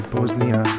Bosnia